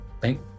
thank